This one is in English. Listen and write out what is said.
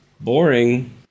Boring